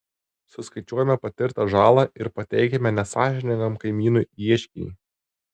suskaičiuojame patirtą žalą ir pateikiame nesąžiningam kaimynui ieškinį